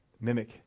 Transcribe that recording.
mimic